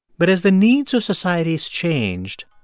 but as the needs of societies changed,